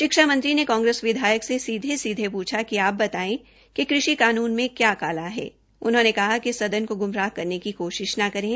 शिक्षा मंत्री ने कांग्रेस विधायक से सीधे सीधे पूछा कि आप बताएं कि कृषि कानून में क्या काला है उन्होंने कहा कि सदन को ग्मराह करने की कोशिश न करें